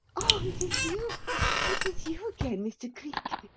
oh, it is you it is you again, mr. cleek?